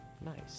nice